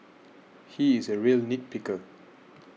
he is a real nit picker